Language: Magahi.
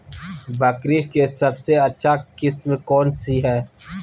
बकरी के सबसे अच्छा किस्म कौन सी है?